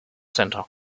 centre